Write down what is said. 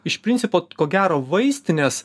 iš principo ko gero vaistinės